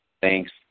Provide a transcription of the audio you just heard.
Thanks